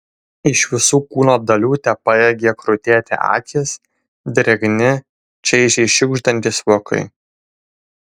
iš visų kūno dalių tepajėgė krutėti akys drėgni čaižiai šiugždantys vokai